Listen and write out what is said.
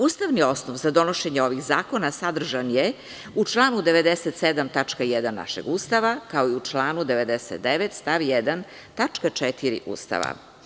Ustavni osnov za donošenje ovih zakona sadržan je u članu 97. tačka 1. našeg Ustava, kao i u članu 99. stav 1. tačka 4. Ustava.